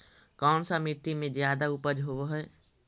कोन सा मिट्टी मे ज्यादा उपज होबहय?